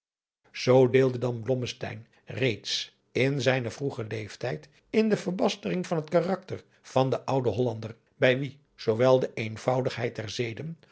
zoo deelde dan blommesteyn reeds in zijnen vroegen leeftijd in de verbastering van t karakter van den ouden hollander bij wien zoowel de eenvoudigheid der zeden